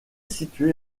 situé